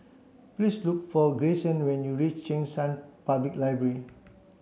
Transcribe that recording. please look for Grayson when you reach Cheng San Public Library